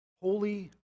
holy